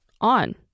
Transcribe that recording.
on